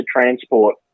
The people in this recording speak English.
Transport